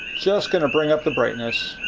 just going to bring up the brightness.